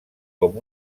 com